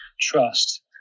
trust